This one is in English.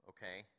Okay